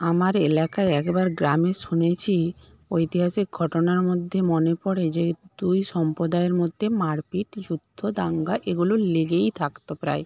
আমার এলাকায় একবার গ্রামে শুনেছি ঐতিহাসিক ঘটনার মধ্যে মনে পড়ে যে দুই সম্প্রদায়ের মধ্যে মারপিট যুদ্ধ দাঙ্গা এগুলি লেগেই থাকত প্রায়